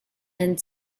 and